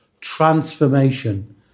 transformation